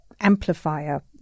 amplifier